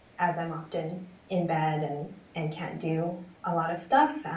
as i'm often in bed and and can't do a lot of stuff.